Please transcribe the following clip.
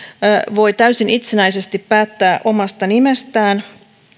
voi täysin itsenäisesti päättää omasta nimestään